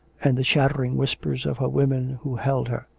and the chattering whispers of her women who held her.